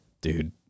dude